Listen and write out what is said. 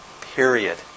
period